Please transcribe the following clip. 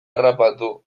harrapatu